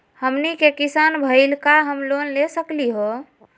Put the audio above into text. हमनी के किसान भईल, का हम लोन ले सकली हो?